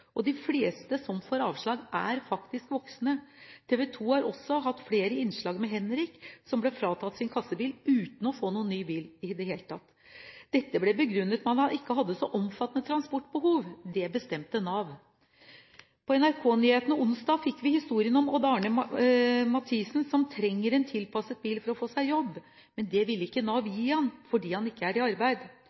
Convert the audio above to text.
De fleste som får avslag, er faktisk voksne. TV 2 har også hatt flere innslag om Henrik, som ble fratatt sin kassebil uten å få noen ny bil i det hele tatt. Dette ble begrunnet med at han ikke hadde noe omfattende transportbehov. Det bestemte Nav. I NRK-nyhetene på onsdag fikk vi historien om Odd Arne Mathisen, som trenger en tilpasset bil for å få seg jobb, men det ville ikke Nav gi ham fordi han ikke er i arbeid.